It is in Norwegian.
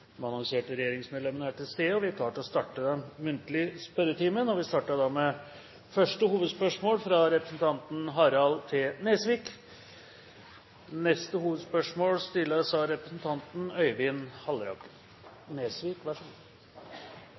annonserte regjeringsmedlemmene er til stede, og vi er klare til å starte den muntlige spørretimen. Vi starter da med første hovedspørsmål, fra representanten Harald T. Nesvik.